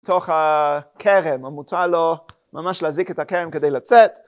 תוך הכרם, ומותר לו ממש להזיק את הכרם כדי לצאת.